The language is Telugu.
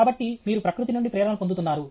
కాబట్టి మీరు ప్రకృతి నుండి ప్రేరణ పొందుతున్నారు